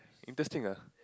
interesting ah